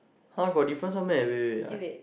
[huh] got differences one meh wait wait wait I